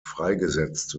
freigesetzt